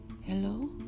Hello